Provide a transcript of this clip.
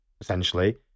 essentially